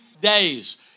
days